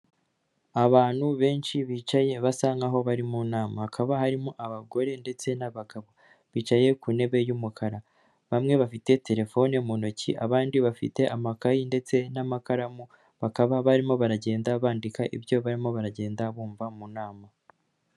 Abantu benshi bicaye basa nkaho bari mu nama, hakaba harimo abagore ndetse n'abagabo bicaye ku ntebe y'umukara, bamwe bafite telefone mu ntoki, abandi bafite amakayi ndetse n'amakaramu, bakaba barimo baragenda bandika ibyo barimo baragenda bumva mu nama.